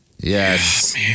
Yes